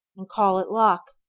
and call it luck.